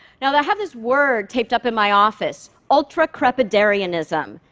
now, i have this word taped up in my office ultracrepidarianism.